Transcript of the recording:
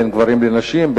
בין גברים לנשים,